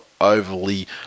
overly